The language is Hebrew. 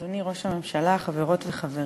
אדוני ראש הממשלה, חברות וחברים,